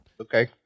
Okay